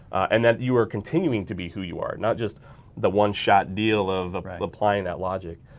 and that you are continuing to be who you are not just the one shot deal of applying that logic.